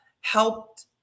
helped